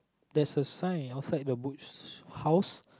there's a sign outside the Butch House